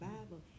Bible